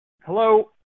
hello